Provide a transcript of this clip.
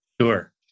Sure